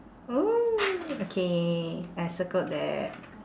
oh okay I circled that